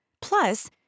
plus